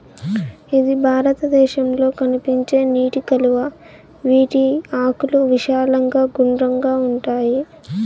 ఇది భారతదేశంలో కనిపించే నీటి కలువ, వీటి ఆకులు విశాలంగా గుండ్రంగా ఉంటాయి